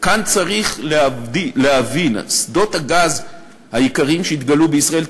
וכאן צריך להבין: שדות הגז העיקריים שהתגלו בישראל,